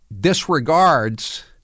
disregards